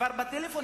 כבר בטלפון,